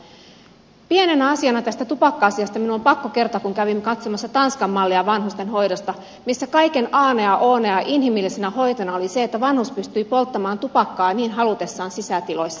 pienenä asiana tästä tupakka asiasta minun on pakko kertoa kun kävin katsomassa tanskan mallia vanhustenhoidossa missä kaiken ana ja ona ja inhimillisenä hoitona oli se että vanhus pystyi polttamaan tupakkaa niin halutessaan sisätiloissa